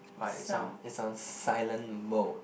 why it's on it's on silent mode